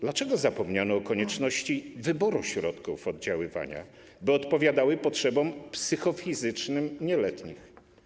Dlaczego zapomniano o konieczności wyboru środków oddziaływania, by odpowiadały potrzebom psychofizycznym nieletnich?